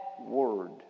word